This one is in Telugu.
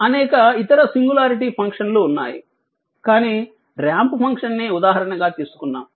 అనేక ఇతర సింగులారిటీ ఫంక్షన్లు ఉన్నాయి కానీ ర్యాంప్ ఫంక్షన్ ని ఉదాహరణగా తీసుకున్నాము